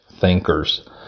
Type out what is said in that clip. thinkers